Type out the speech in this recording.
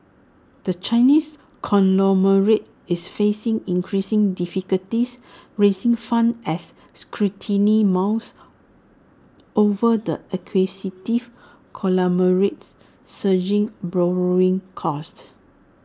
the Chinese conglomerate is facing increasing difficulties raising funds as scrutiny mounts over the acquisitive conglomerate's surging borrowing costs